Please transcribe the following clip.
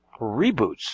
Reboots